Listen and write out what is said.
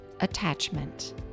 attachment